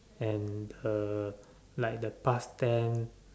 and her like the past tense